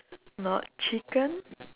not chicken